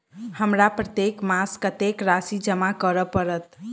हमरा प्रत्येक मास कत्तेक राशि जमा करऽ पड़त?